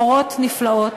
הורות נפלאות,